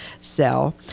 sell